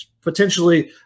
potentially